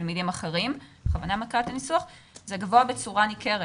אלימות עקיפה שהיא חרם והפצת שמועות.